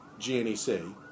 GNEC